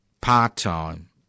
part-time